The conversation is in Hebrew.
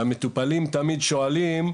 המטופלים תמיד שואלים,